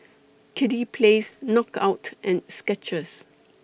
Kiddy Palace Knockout and Skechers